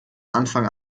anfang